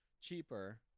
cheaper